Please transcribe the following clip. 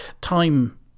time